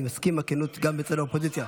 אני מסכים עם הכנות, גם אצל האופוזיציה.